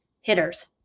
hitters